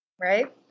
right